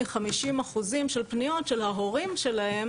יותר מ-50% של פניות של ההורים שלהם,